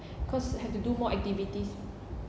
cause have to do more activities